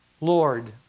Lord